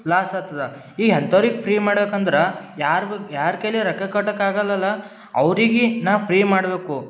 loss ಆತದ ಈ ಎಂಥವ್ರಿಗೆ ಫ್ರೀ ಮಾಡಬೇಕಂದ್ರೆ ಯಾರು ಬ್ ಯಾರ ಕೈಲಿ ರೊಕ್ಕ ಕಟ್ಟಕ್ಕೆ ಆಗಲ್ಲಲ್ಲಾ ಅವ್ರಿಗೆ ನಾ ಫ್ರೀ ಮಾಡಬೇಕು